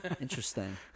Interesting